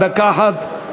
דקה אחת.